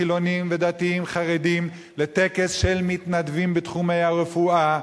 חילונים ודתיים-חרדים לטקס של מתנדבים בתחומי הרפואה,